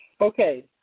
okay